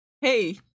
hey